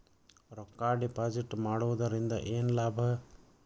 ರೊಕ್ಕ ಡಿಪಾಸಿಟ್ ಮಾಡುವುದರಿಂದ ಏನ್ ಲಾಭ?